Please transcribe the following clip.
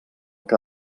que